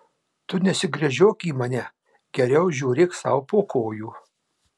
tu nesigręžiok į mane geriau žiūrėk sau po kojų